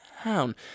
town